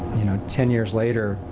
you know, ten years later.